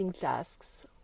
tasks